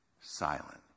silent